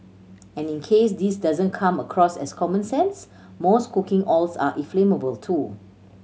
and in case this doesn't come across as common sense most cooking oils are inflammable too